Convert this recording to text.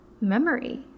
memory